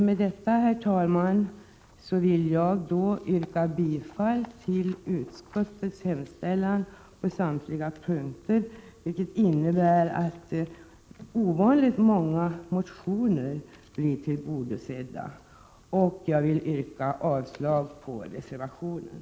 Med detta, herr talman, yrkar jag bifall till utskottets hemställan på samtliga punkter, vilket innebär att ovanligt många motioner blir tillgodosedda. Jag yrkar avslag på reservationen.